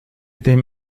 dem